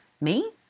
Me